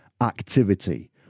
activity